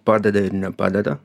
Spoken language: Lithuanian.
padeda ir nepadeda